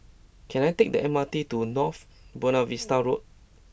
can I take the M R T to North Buona Vista Road